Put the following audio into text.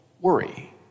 worry